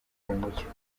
umucyo